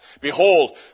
Behold